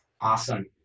Awesome